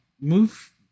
move